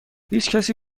هیچکسی